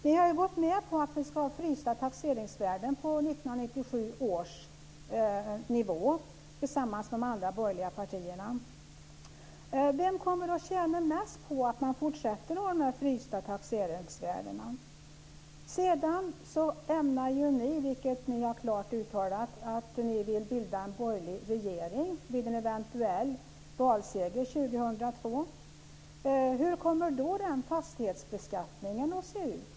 Ni har ju tillsammans med de andra borgerliga partierna gått med på att ha frysta taxeringsvärden på 1997 års nivå. Vem kommer att tjäna mest på att man fortsätter att ha de här frysta taxeringsvärdena? Sedan ämnar ni, vilket ni har klart uttalat, bilda en borgerlig regering vid en eventuell valseger 2002. Hur kommer då fastighetsbeskattningen att se ut?